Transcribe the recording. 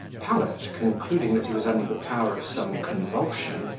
pallet, concluding that he was under the power of some convulsion,